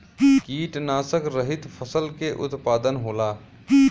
कीटनाशक रहित फसल के उत्पादन होला